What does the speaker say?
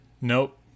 Nope